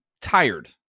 tired